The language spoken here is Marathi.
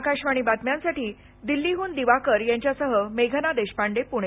आकाशवाणी बातम्यांसाठी दिल्लीहून दिवाकर यांच्यासह मेघना देशपांडे पुणे